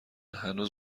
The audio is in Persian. هنوز